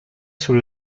sul